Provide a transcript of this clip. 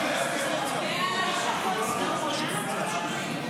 6 הסתייגות 6 לא נתקבלה.